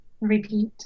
repeat